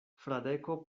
fradeko